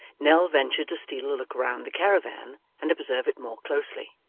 nell ventured to steal a look round the caravan and observe it more closely.